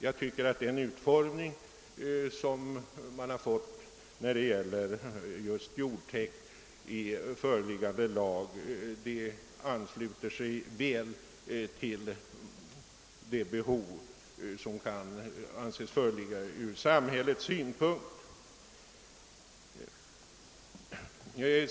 Jag tycker att den utformning som jordtäktsbestämmelserna fått i den föreslagna lagen väl ansluter sig till det behov som kan anses föreligga ur samhällets synpunkt.